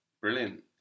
Brilliant